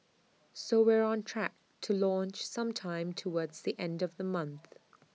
so we're on track to launch sometime towards the end of the month